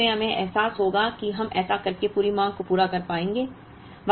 इसलिए वास्तव में हमें एहसास होगा कि हम ऐसा करके पूरी मांग को पूरा कर पाएंगे